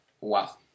Wow